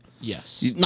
Yes